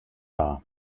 war